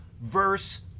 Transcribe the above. verse